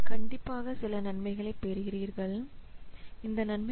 கண்டிப்பாக சில நன்மைகளை பெறுகிறீர்கள் இந்த நன்மை